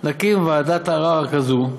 נקים ועדת ערר כזאת,